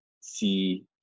see